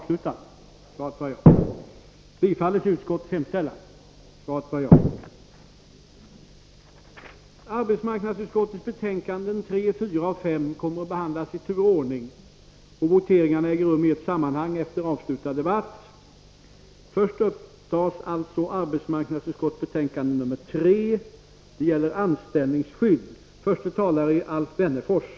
Socialförsäkringsutskottets betänkanden 4, 6 och 7 kommer nu att behandlas i tur och ordning, och voteringarna äger rum i ett sammanhang efter avslutad debatt. Beträffande socialförsäkringsutskottets betänkande 4 om avlägsnande av utlänning har ingen talare anmält sig. Först debatteras alltså socialförsäkringsutskottets betänkande 6 om vissa handikappfrågor.